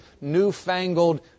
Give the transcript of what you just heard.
newfangled